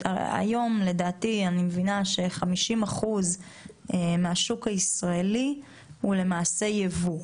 שהיום 50% מהשוק הישראלי הוא למעשה ייבוא,